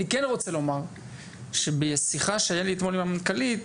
אני כן רוצה לומר שבשיחה שהיה לי אתמול עם המנכ"לית